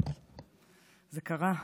זה קרה.